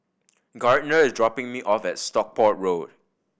Gardner is dropping me off at Stockport Road